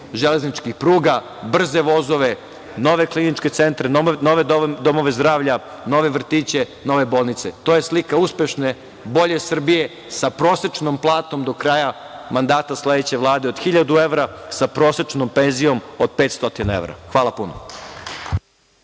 železničkih pruga, brze vozove, nove kliničke centre, nove domove zdravlja, nove vrtiće, nove bolnice. To je slika uspešne, bolje Srbije, sa prosečnom platom do kraja mandata sledeće Vlade od 1.000 evra, sa prosečnom penzijom od 500 evra. Hvala puno.